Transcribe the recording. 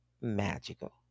magical